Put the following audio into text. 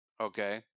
Okay